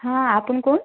हां आपण कोण